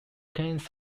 claims